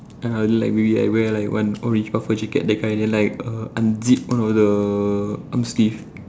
and then I'll like maybe I wear like one orange puffer jacket that kind then like err unzip one of the arm sleeve